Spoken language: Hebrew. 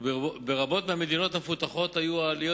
וברבות מהמדינות המפותחות היו העליות